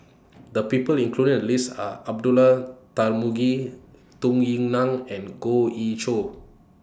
The People included in The list Are Abdullah Tarmugi Tung Yue Nang and Goh Ee Choo